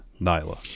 Nyla